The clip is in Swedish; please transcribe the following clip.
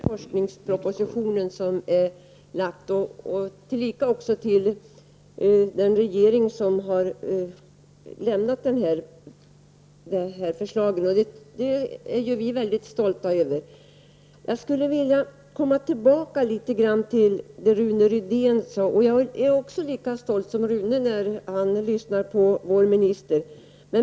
Herr talman! Det har under dagen sagts mycket trevligt om den forskningsproposition som lagts fram, liksom om den regering som har lagt fram förslagen. Det är vi mycket stolta över. Jag skulle vilja komma tillbaka till det Rune Rydén sade. Jag är lika stolt som Rune Rydén är när han lyssnar på vår minister.